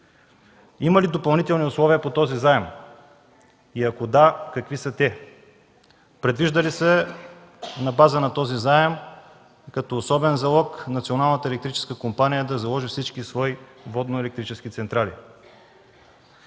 Има ли допълнителни условия по този заем и ако да – какви са те? Предвижда ли се на база на този заем, като особен залог, Националната електрическа компания да заложи всички свои водно-електрически централи?